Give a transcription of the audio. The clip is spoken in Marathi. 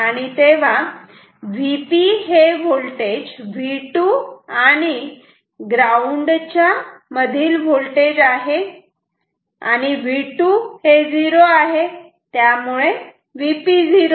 आणि Vp हे व्होल्टेज V2 आणि ग्राऊंड च्या मधील व्होल्टेज आहे आणि V2 0 त्यामुळे Vp 0